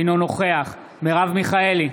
אינו נוכח מרב מיכאלי,